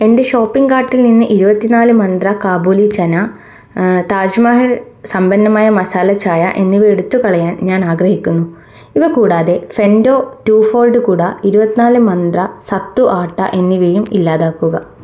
എന്റെ ഷോപ്പിംഗ് കാർട്ടിൽ നിന്ന് ഇരുപത്തി നാല് മന്ത്ര കാബൂലി ചന താജ് മഹൽ സമ്പന്നമായ മസാല ചായ എന്നിവ എടുത്തു കളയാൻ ഞാൻ ആഗ്രഹിക്കുന്നു ഇവ കൂടാതെ ഫെൻഡോ ടു ഫോൾഡ് കുട ഇരുപത്തിനാല് മന്ത്ര സത്തു ആട്ട എന്നിവയും ഇല്ലാതാക്കുക